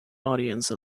audience